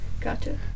Gotcha